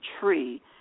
tree